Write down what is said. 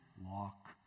walk